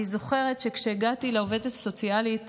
אני זוכרת שהגעתי לעובדת הסוציאלית